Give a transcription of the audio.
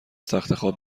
تختخواب